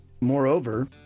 Moreover